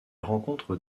rencontre